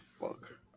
fuck